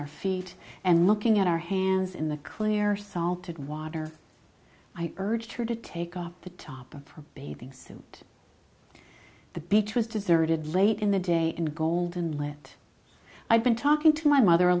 our feet and looking at our hands in the clear salted water i urged her to take up the top of her bathing suit the beach was deserted late in the day and golden let i've been talking to my mother a